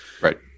Right